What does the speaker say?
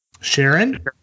Sharon